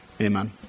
Amen